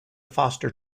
foster